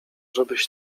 żebyś